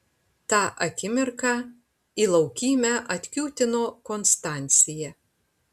tą akimirką į laukymę atkiūtino konstancija